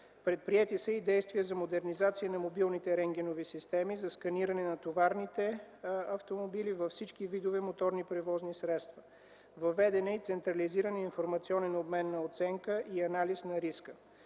Предприети са и действия за модернизация на мобилните рентгенови системи за сканиране в товарните автомобили, във всички видове моторни превозни средства. Въведен е централизиран информационен обмен за оценка и анализ на риска.